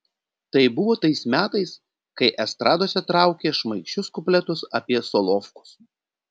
tai buvo tais metais kai estradose traukė šmaikščius kupletus apie solovkus